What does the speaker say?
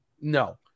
no